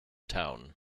town